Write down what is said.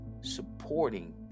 supporting